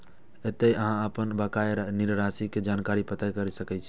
एतय अहां अपन बकाया ऋण राशि के जानकारी पता कैर सकै छी